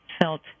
felt